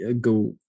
go